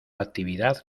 actividad